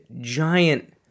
giant